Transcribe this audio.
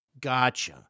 Gotcha